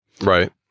Right